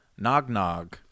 Nognog